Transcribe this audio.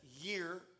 year